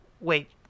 Wait